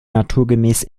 naturgemäß